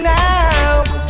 now